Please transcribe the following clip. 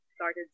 started